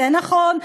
זה נכון.